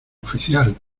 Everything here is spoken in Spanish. oficial